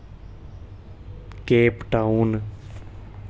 Cape Town